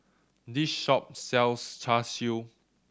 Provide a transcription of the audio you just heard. this shop sells Char Siu